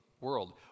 world